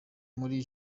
muri